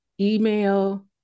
email